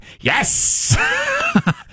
Yes